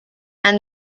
and